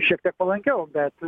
šiek tiek palankiau bet